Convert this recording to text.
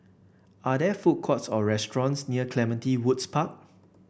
are there food courts or restaurants near Clementi Woods Park